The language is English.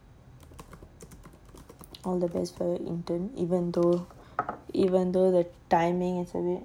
all the desperate intern even though even though the timing for it